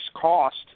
cost